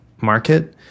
market